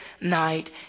night